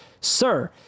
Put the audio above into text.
Sir